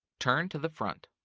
turn to the front.